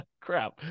Crap